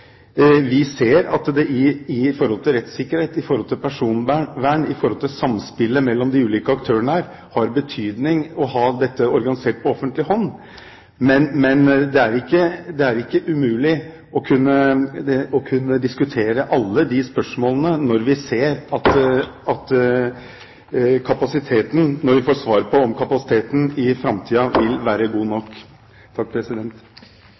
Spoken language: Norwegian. Vi ser at det i forhold til rettssikkerhet, personvern og samspillet mellom de ulike aktørene her har betydning å ha dette organisert på offentlig hånd, men det er ikke umulig å kunne diskutere alle de spørsmålene når vi får svar på om kapasiteten i framtiden vil være god